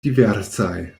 diversaj